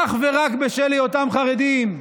אך ורק בשל היותם חרדים.